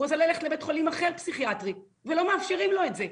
הוא רוצה ללכת לבית חולים פסיכיאטרי אחר ולא מאפשרים לו את זה,